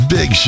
Big